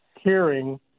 hearing